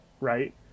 right